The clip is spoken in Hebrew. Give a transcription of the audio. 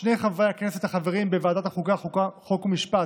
שני חברי כנסת החברים בוועדת החוקה, חוק ומשפט,